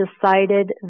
decided